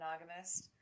monogamist